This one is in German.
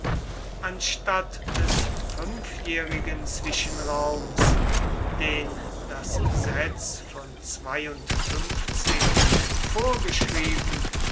anstatt des fünfjährigen zwischenraums den das gesetz von vorgeschrieben